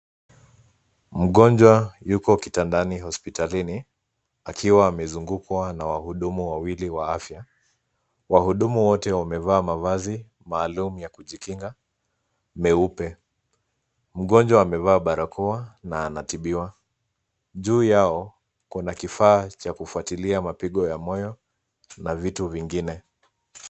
Mgonjwa yuko kitandani hospitalini, akiwa amezungukwa na wahudumu wawili wa afya. Wahudumu wote wamevaa mavazi maalum ya kijikinga meupe. Mgonjwa amevaa barakoa, na anatibiwa, juu yao kuna kifaa cha kufuatilia mapigo ya moyo, na vitu vingine.